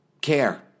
care